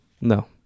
No